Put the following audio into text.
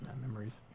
memories